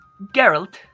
Geralt